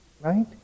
Right